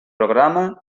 programa